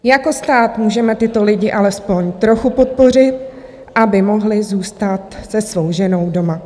Jako stát můžeme tyto lidi alespoň trochu podpořit, aby mohli zůstat se svou ženou doma.